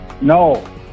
No